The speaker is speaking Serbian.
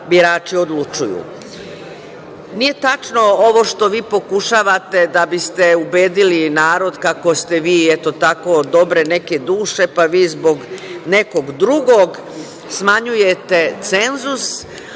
birači odlučuju. Nije tačno ovo što vi pokušavate da biste ubedili narod kako ste vi, eto tako dobre neke duše, pa vi zbog nekog drugog smanjujete cenzus,